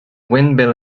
windmill